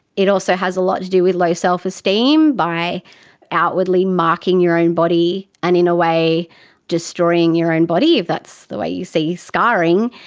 it also has a lot to do with low self-esteem by outwardly marking your own body and in a way destroying your own body, if that's the way you see scarring.